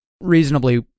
reasonably